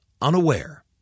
unaware